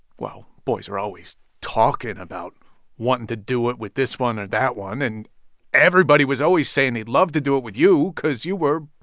well, boys were always talking about wanting to do it with this one or that one. and everybody was always saying they'd love to do it with you because you were,